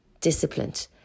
disciplined